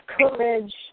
courage